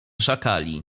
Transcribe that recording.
szakali